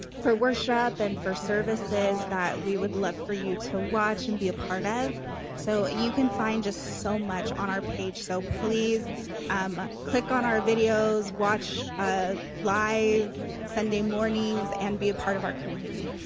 for worship and for services that we would love for you to watch and be a part of so you can find just so much on our page so please um click on our videos, watch ah live sunday mornings and be a part of our community.